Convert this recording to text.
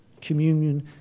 Communion